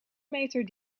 meter